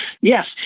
Yes